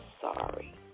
sorry